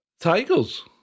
Tigers